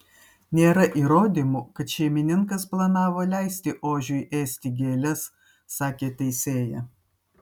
nėra įrodymų kad šeimininkas planavo leisti ožiui ėsti gėles sakė teisėja